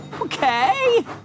Okay